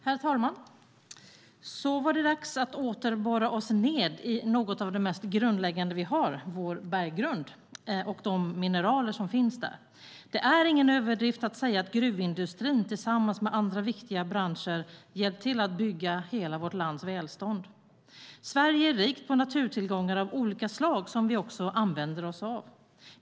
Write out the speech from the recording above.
Herr talman! Så var det dags att åter borra oss ned i något av det mest grundläggande vi har, det vill säga vår berggrund och de mineraler som finns där. Det är ingen överdrift att säga att gruvindustrin, tillsammans med andra viktiga branscher, har hjälpt till att bygga hela vårt lands välstånd. Sverige är rikt på naturtillgångar av olika slag som vi också använder oss av.